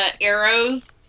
arrows